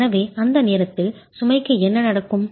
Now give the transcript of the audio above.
எனவே அந்த நேரத்தில் சுமைக்கு என்ன நடக்கும்